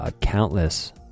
countless